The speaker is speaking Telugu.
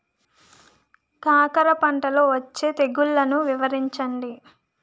కాకర పంటలో వచ్చే తెగుళ్లను వివరించండి?